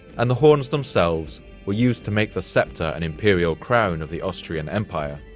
and the horns themselves were used to make the sceptre and imperial crown of the austrian empire,